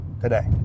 today